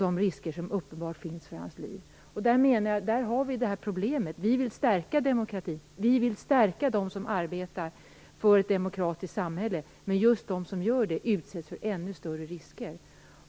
Det finns uppenbara risker för hans liv. Där har vi problemet. Vi vill stärka demokratin. Vi vill stärka dem som arbetar för ett demokratiskt samhälle. Men de som gör det utsätts för ännu större risker.